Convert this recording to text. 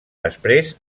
després